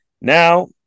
now